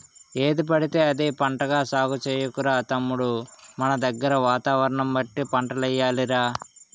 ఏదిపడితే అది పంటగా సాగు చెయ్యకురా తమ్ముడూ మనదగ్గర వాతావరణం బట్టి పంటలెయ్యాలి రా